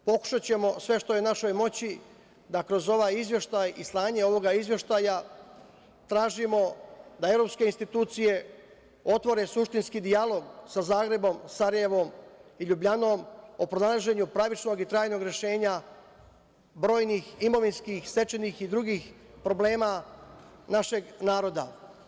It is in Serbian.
Pokušaćemo sve što je u našoj moći da kroz ovaj izveštaj i slanje ovog izveštaja tražimo da evropske institucije otvore suštinski dijalog sa Zagrebom, Sarajevom i Ljubljanom o pronalaženju pravičnog i trajnog rešenja brojnih imovinskih, stečajnih i drugih problema našeg naroda.